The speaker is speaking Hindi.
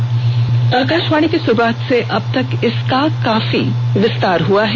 उन्नीस में आकाशवाणी की शुरूआत से अब तक इसका काफी विस्तार हुआ है